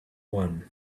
one